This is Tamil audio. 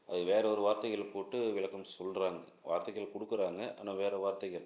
அது வேறு ஒரு வார்த்தைகள் போட்டு விளக்கம் சொல்கிறாங்க வார்த்தைகள் கொடுக்கறாங்க ஆனால் வேறு வார்த்தைகள்